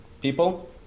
people